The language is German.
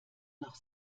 noch